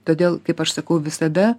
todėl kaip aš sakau visada